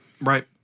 Right